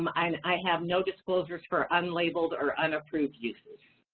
um i and i have no disclosures for unlabeled or unapproved uses.